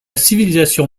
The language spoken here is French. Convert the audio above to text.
civilisation